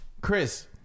Chris